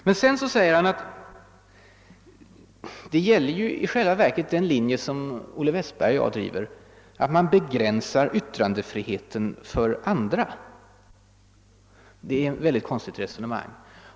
Men sedan säger herr Zachrisson att i själva verket innebär den linje som Olle Westberg och jag driver att man begränsar yttrandefriheten för andra. Det är ett mycket konstigt resonemang.